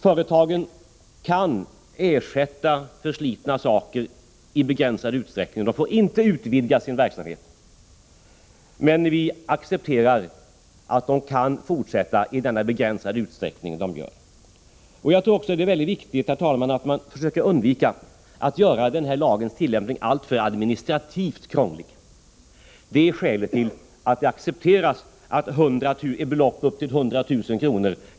Företagen kan i begränsad utsträckning ersätta vad som är förslitet. De får inte utvidga sin verksamhet, men vi accepterar att de kan fortsätta i den begränsade utsträckning de gör. Jag tror också att det är mycket viktigt, herr talman, att man försöker undvika att göra den här lagens tillämpning alltför administrativt krånglig. Det är skälet till att det accepteras att ett belopp på upp till 100 000 kr.